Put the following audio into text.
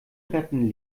retten